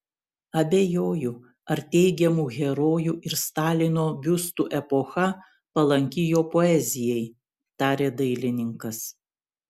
abejoju ar teigiamų herojų ir stalino biustų epocha palanki jo poezijai tarė dailininkas